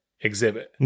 exhibit